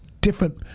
different